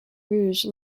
rouge